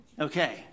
Okay